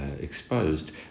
exposed